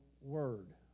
word